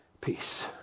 peace